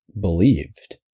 believed